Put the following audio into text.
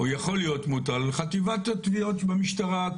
או יכול להיות מוטל, על חטיבת התביעות של המשטרה.